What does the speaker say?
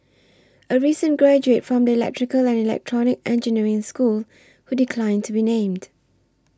a recent graduate from the electrical and electronic engineering school who declined to be named